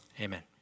Amen